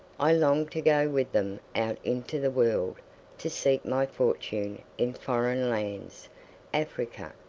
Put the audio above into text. i longed to go with them out into the world to seek my fortune in foreign lands africa,